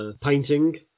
painting